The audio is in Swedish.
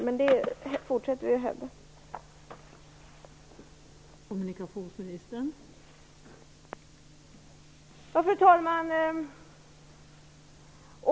Men vi fortsätter att hävda detta.